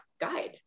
guide